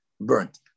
burnt